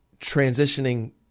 transitioning